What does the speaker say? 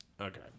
Okay